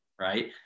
right